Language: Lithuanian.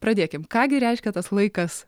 pradėkim ką gi reiškia tas laikas